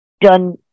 done